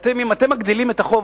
שאם אתם מגדילים את החוב,